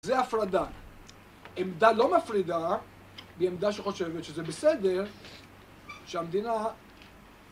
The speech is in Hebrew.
זו הפרדה. עמדה לא מפרידה, היא עמדה שחושבת שזה בסדר, שהמדינה...